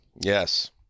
Yes